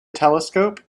telescope